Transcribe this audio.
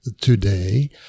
today